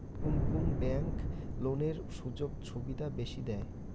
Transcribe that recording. কুন কুন ব্যাংক লোনের সুযোগ সুবিধা বেশি দেয়?